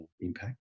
impact